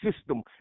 system